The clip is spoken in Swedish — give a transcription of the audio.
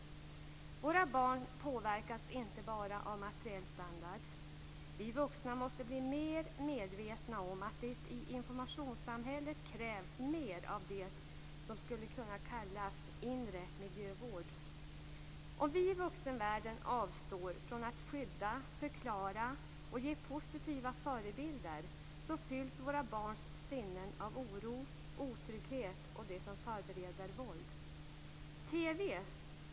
Våra barn påverkas inte bara av materiell standard. Vi vuxna måste bli mer medvetna om att det i informationssamhället krävs mer av det som skulle kunna kallas inre miljövård. Om vi i vuxenvärlden avstår från att skydda, förklara och ge positiva förebilder fylls våra barns sinnen av oro, otrygghet och det som förbereder våld.